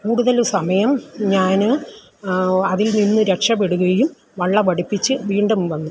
കൂടുതൽ സമയം ഞാൻ അതിൽ നിന്ന് രക്ഷപ്പെടുകയും വള്ളമടുപ്പിച്ച് വീണ്ടും വന്ന്